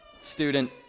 Student